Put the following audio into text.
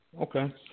Okay